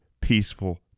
peaceful